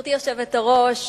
גברתי היושבת-ראש,